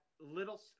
little